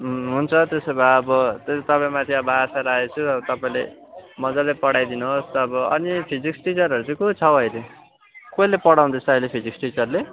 हुन्छ त्यसो भए अब तपाईँमाथि अब आज राखेछु अब तपाईँले मजाले पढाइदिनुहोस् अब अनि फिजिक्स टिचरहरू चाहिँ को छ हो अहिले कसले पढाउँदैछ अहिले फिजिक्स टिचरले